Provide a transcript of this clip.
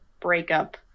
breakup